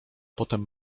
potem